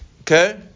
Okay